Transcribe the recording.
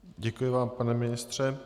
Děkuji vám, pane ministře.